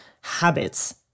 habits